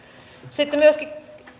sitten myöskin